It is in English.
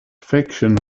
fiction